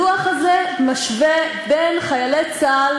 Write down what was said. הדוח הזה משווה בין חיילי צה"ל,